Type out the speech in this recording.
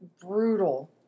brutal